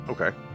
Okay